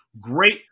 Great